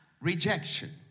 rejection